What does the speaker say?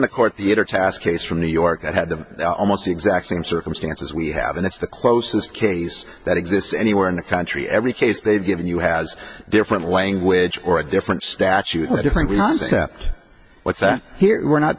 the court theatre task case from new york that had them almost the exact same circumstances we have and it's the closest case that exists anywhere in the country every case they've given you has different language or a different statute with a different concept let's hear it we're not